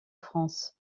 france